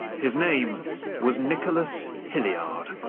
his name was nicholas hilliard.